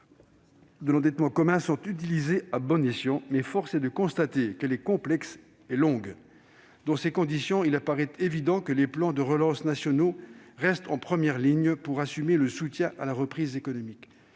de l'endettement commun sont utilisées à bon escient, mais force est de constater qu'elle est complexe et longue. Dans ces conditions, il paraît évident que les plans de relance nationaux restent en première ligne pour assurer le soutien à la reprise économique.